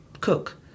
cook